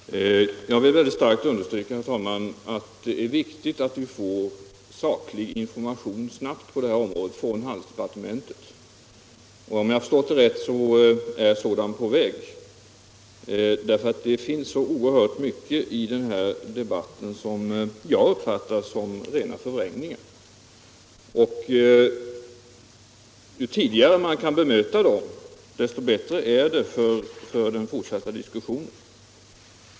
Herr talman! Jag vill mycket starkt understryka att det är viktigt att vi på detta område snabbt får saklig information från handelsdepartementet. Om jag förstått rätt är sådan information på väg. Det förekommer oerhört mycket i denna debatt som jag uppfattar som rena förvrängningar. Ju tidigare man kan bemöta dessa förvrängningar desto bättre är det för den fortsatta diskussionen.